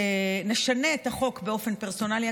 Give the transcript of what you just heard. נשנה את החוק באופן פרסונלי.